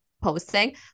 posting